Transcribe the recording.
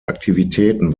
aktivitäten